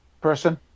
person